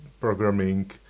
programming